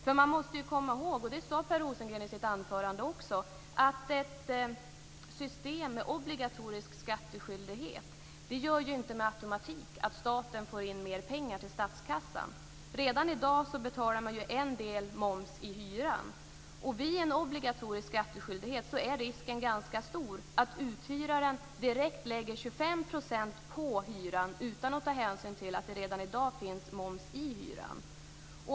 Som Per Rosengren sade i sitt anförande måste man nämligen komma ihåg att ett system med obligatorisk skattskyldighet inte med automatik gör att staten får in mer pengar till statskassan. Redan i dag betalar man en del moms i hyran. Vid en obligatorisk skattskyldighet är risken ganska stor att uthyraren direkt lägger 25 % på hyran utan att ta hänsyn till att det redan i dag finns moms i hyran.